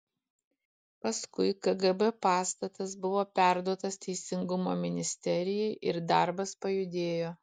paskui kgb pastatas buvo perduotas teisingumo ministerijai ir darbas pajudėjo